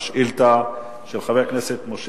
של חבר הכנסת דוד אזולאי: פסילת תשדיר ב"גלי צה"ל" לא נמצא כאן,